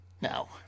Now